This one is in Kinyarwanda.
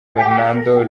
fernando